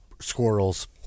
squirrels